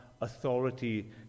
authority